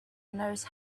knows